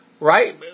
Right